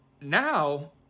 Now